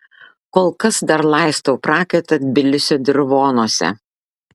kol kas dar laistau prakaitą tbilisio dirvonuose